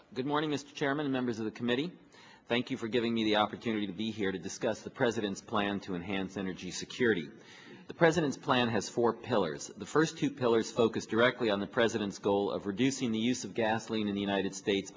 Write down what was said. good morning mr chairman members of the committee thank you for giving me the opportunity to here to discuss the president's plan to enhance energy security the president's plan has four pillars the first two pillars focus directly on the president's goal of reducing the use of gasoline in the united states